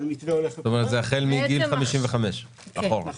זאת אומרת, זה החל מגיל 55. בדיוק.